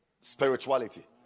spirituality